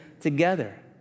together